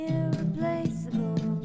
Irreplaceable